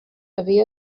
havia